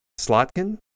Slotkin